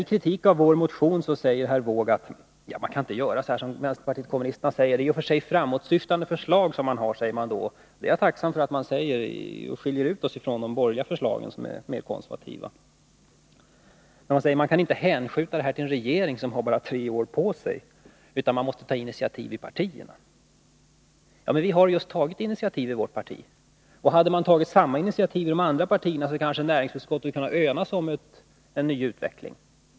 I kritiken av vår motion säger herr Wååg att man inte kan göra som vänsterpartiet kommunisterna vill. Det är i och för sig framåtsyftande förslag som vpk har, säger han. Jag är tacksam för att han säger det och därmed skiljer ut våra förslag från de borgerliga förslagen, som är mer konservativa. Herr Wååg säger att man inte kan hänskjuta dessa förslag till en regering som har bara tre år på sig, utan man måste ta initiativ i partierna. Men vi har just tagit initiativ i vårt parti! Och hade man tagit samma initiativ i de andra partierna kanske näringsutskottet hade kunnat enas om en ny utveckling.